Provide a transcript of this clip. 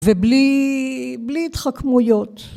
ובלי בלי התחכמויות